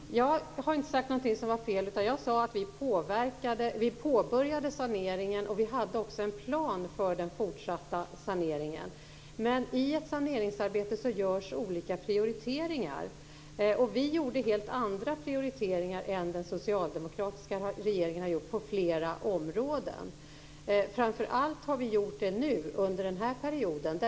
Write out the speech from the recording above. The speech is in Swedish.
Fru talman! Jag har inte sagt något som var fel, utan jag sade att vi påbörjade saneringen och att vi också hade en plan för den fortsatta saneringen. I ett saneringsarbete görs olika prioriteringar. Vi gjorde på flera områden helt andra prioriteringar än vad den socialdemokratiska regeringen har gjort. Framför allt har vi gjort det nu, under den här perioden.